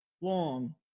long